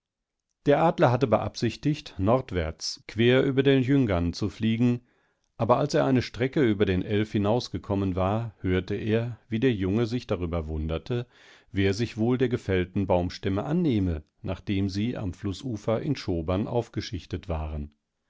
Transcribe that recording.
der adler hatte beabsichtigt nordwärts quer über den ljungan zu fliegen aberalsereinestreckeüberdenelfhinausgekommenwar hörteer wieder junge sich darüber wunderte wer sich wohl der gefällten baumstämme annehme nachdem sie am flußufer in schobern aufgeschichtet waren